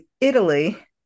Italy